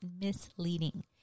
misleading